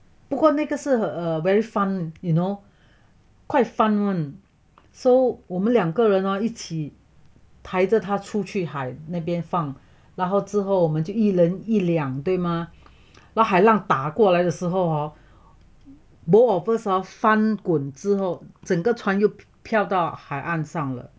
不过那个是 err very fun you know quite fun [one] so 我们俩个人啊一起抬着她出去海那边放然后之后我们就一人一辆对吗那海浪打过来的时候 hor both of us hor 翻滚之后整个船又漂到海岸上了